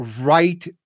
right